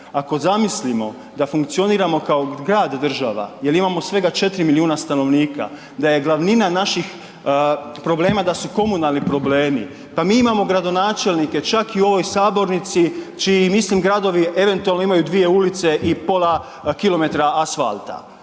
Ako zamislimo da funkcioniramo kao grad država jel imamo svega 4 milijuna stanovnika, da je glavnina naših problema da su komunalni problemi. Pa mi imamo gradonačelnike čak i u ovoj sabornici čiji mislim gradovi eventualno imaju dvije ulice i pola kilometra asfalta.